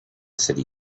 city